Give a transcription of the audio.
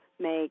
make